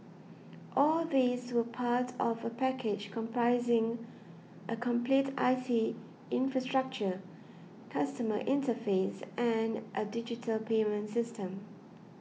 all these were part of a package comprising a complete I T infrastructure customer interface and a digital payment system